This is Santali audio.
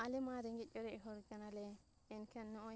ᱟᱞᱮ ᱢᱟ ᱨᱮᱸᱜᱮᱡ ᱚᱨᱮᱡ ᱦᱚᱲ ᱠᱟᱱᱟᱞᱮ ᱮᱱᱠᱷᱟᱱ ᱱᱚᱜᱼᱚᱸᱭ